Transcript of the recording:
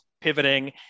pivoting